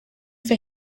for